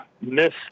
miss